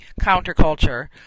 counterculture